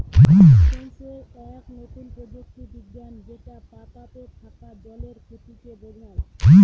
leaf sensor এক নতুন প্রযুক্তি বিজ্ঞান যেটা পাতাতে থাকা জলের ক্ষতিকে বোঝায়